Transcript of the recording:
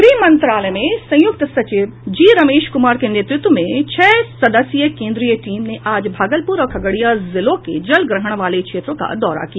गृह मंत्रालय में संयुक्त सचिव जी रमेश कुमार के नेतृत्व में छह सदस्यीय केंद्रीय टीम ने आज भागलपुर और खगड़िया जिलों के जलग्रहण वाले क्षेत्रों का दौरा किया